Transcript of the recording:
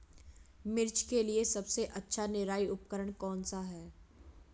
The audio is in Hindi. मिर्च के लिए सबसे अच्छा निराई उपकरण कौनसा है?